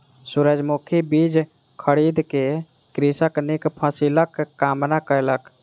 सूरजमुखी बीज खरीद क कृषक नीक फसिलक कामना कयलक